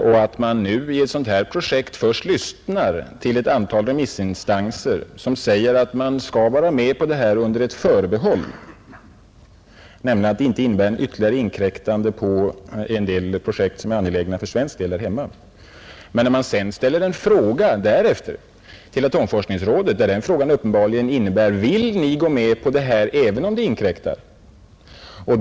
Först lyssnar regeringen till ett antal remissinstanser som anser att vi bör vara med på projektet under ett förbehåll, nämligen att ett deltagande inte innebär ett ytterligare inkräktande på vissa svenska projekt här hemma. Därefter ställer regeringen en fråga till atomforskningsrådet med innebörden: Vill ni gå med på detta även om det inkräktar på svenska projekt?